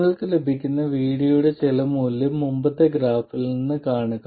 നിങ്ങൾക്ക് ലഭിക്കുന്ന VD യുടെ ചില മൂല്യം മുമ്പത്തെ ഗ്രാഫിൽ നിന്ന് കാണുക